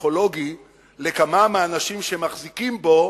פסיכולוגי לכמה מהאנשים שמחזיקים בו,